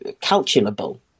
calculable